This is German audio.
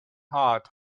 hart